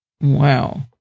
Wow